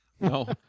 no